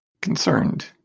concerned